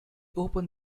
opened